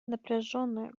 напряженная